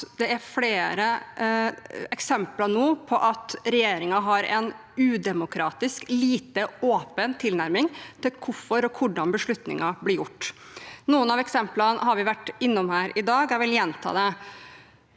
nå er flere eksempler på at regjeringen har en udemokratisk, lite åpen tilnærming til hvorfor og hvordan beslutninger blir tatt. Noen av eksemplene har vi vært innom her i dag, og jeg vil gjenta det.